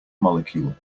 molecule